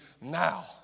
now